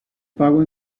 pago